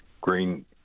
Green